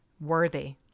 Worthy